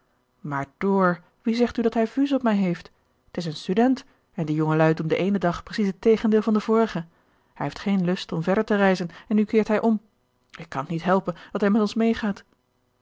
maar door wie zegt u dat hij vues op mij heeft t is een student en die jongelui doen den eenen dag precies het tegendeel van den vorigen hij heeft geen lust om verder te reizen en nu keert hij om ik kan t niet helpen dat hij met ons meegaat